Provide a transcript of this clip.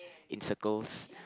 in circles